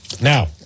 Now